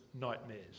nightmares